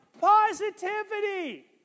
positivity